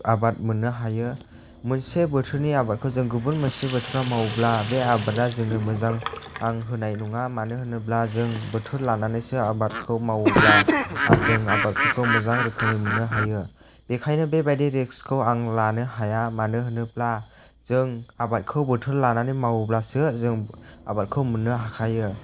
आबाद मोननो हायो मोनसे बोथोरनि आबादखौ जों गुबुन मोनसे बोथोराव मावोब्ला बे आबादा जोंनो मोजां माइ होनाय नङा मानो होनोब्ला जों बोथोर लानानैसो आबादखौ मावोब्ला जों आबादफोरखौ मोजां रोखोमै मोननो हायो बेनिखायनो बेबादि रिस्क खौ आं लानो हाया मानो होनोब्ला जों आबादखौ बोथोर लानानै मावोब्लासो जों आबादखौ मोननो हाखायो